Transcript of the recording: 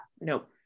Nope